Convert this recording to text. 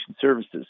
services